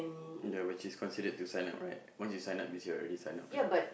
I know which is considered to sign up right once you sign up means you're already sign up